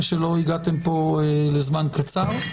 שלא הגעתם פה לזמן קצר.